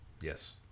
Yes